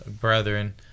brethren